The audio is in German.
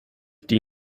die